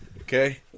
Okay